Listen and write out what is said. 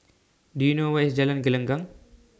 Do YOU know Where IS Jalan Gelenggang